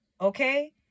okay